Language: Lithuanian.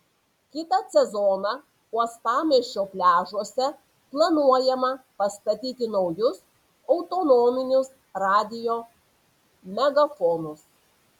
kitą sezoną uostamiesčio pliažuose planuojama pastatyti naujus autonominius radijo megafonus